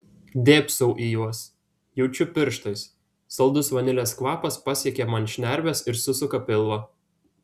dėbsau į juos jaučiu pirštais saldus vanilės kvapas pasiekia man šnerves ir susuka pilvą